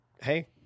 hey